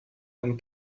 einen